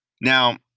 Now